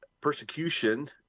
persecution